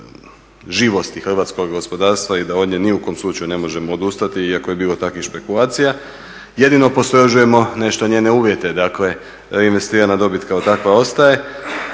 živosti hrvatskog gospodarstva i da od nje ni u kom slučaju ne možemo odustati, iako je bilo takvih špekulacija. Jedino postrožujemo nešto njene uvjete, dakle reinvestirana dobit kao takva ostaje,